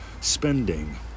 spending